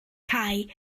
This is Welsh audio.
cau